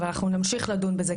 אבל נמשיך לדון בזה,